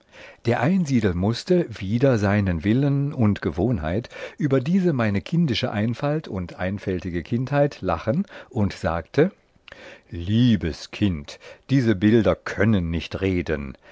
der einsiedel mußte wider seinen willen und gewohnheit über diese meine kindische einfalt und einfältige kindheit lachen und sagte liebes kind diese bilder können nicht reden